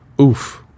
Oof